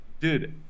dude